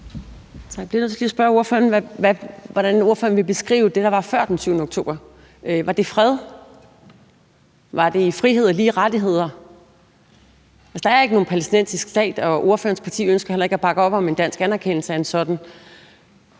Jeg er nødt til lige at spørge ordføreren, hvordan ordføreren vil beskrive det, der var før den 7. oktober 2023. Var det fred? Var det frihed og lige rettigheder? Der er ikke nogen palæstinensisk stat, og ordførerens parti ønsker heller ikke at bakke op om en dansk anerkendelse af en sådan.